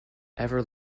ever